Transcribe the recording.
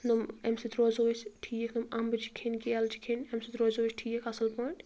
یِم اَمہِ سۭتۍ روزو أسۍ ٹھیٖک یِم اَمبہٕ چھِ کھیٚنۍ کیلہٕ چھِ کھیٚنۍ اَمہِ سۭتۍ روزو أسۍ ٹھیٖک اَصٕل پٲٹھۍ